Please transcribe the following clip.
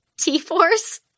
T-Force